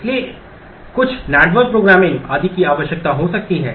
इसके लिए कुछ नेटवर्क प्रोग्रामिंग आदि की आवश्यकता हो सकती है